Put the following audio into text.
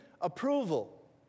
approval